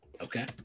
okay